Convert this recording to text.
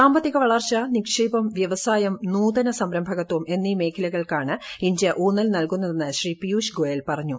സാമ്പത്തിക വളർച്ച നിക്ഷേപം വൃവസായം നൂതന സംരംഭകത്വം എന്നീ മേഖലകൾക്കാണ് ഇന്ത്യ ഊന്നൽ നൽകുന്നതെന്ന് ശ്രീ പിയൂഷ് ഗോയൽ പറഞ്ഞു